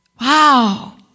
Wow